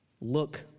Look